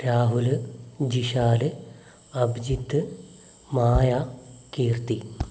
Rahul Jishal Abhijith Maya Keerthy